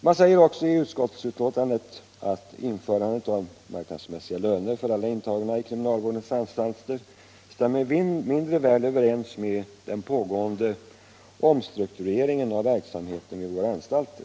Det heter också i utskottsbetänkandet att införandet av marknadsmässiga löner för alla intagna i kriminalvårdens anstalter stämmer mindre väl överens med den pågående omstruktureringen av verksamheten vid våra anstalter.